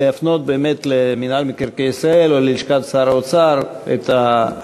להפנות באמת למינהל מקרקעי ישראל או ללשכת שר האוצר את השאלות,